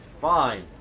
Fine